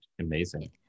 amazing